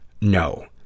No